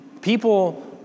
People